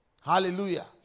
Hallelujah